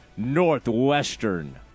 northwestern